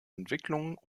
entwicklung